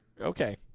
Okay